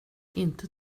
inte